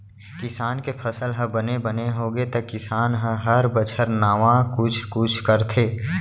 किसान के फसल ह बने बने होगे त किसान ह हर बछर नावा कुछ कुछ करथे